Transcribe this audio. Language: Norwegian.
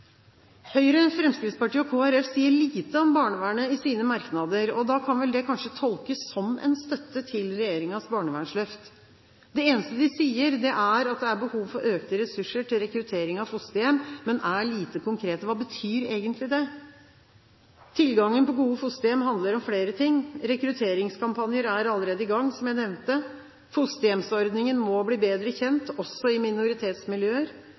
Høyre, Fremskrittspartiet og Kristelig Folkeparti sier lite om barnevernet i sine merknader. Da kan det kanskje tolkes som en støtte til regjeringens barnevernsløft. Det eneste de sier, er at det er behov for økte ressurser til rekruttering av fosterhjem, men de er lite konkrete. Hva betyr egentlig det? Tilgangen på gode fosterhjem handler om flere ting. Rekrutteringskampanjer er allerede i gang, som jeg nevnte. Fosterhjemsordningen må bli bedre kjent, også i minoritetsmiljøer.